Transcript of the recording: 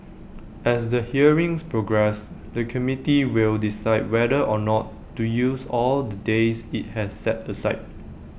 as the hearings progress the committee will decide whether or not to use all the days IT has set aside